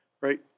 Right